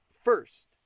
first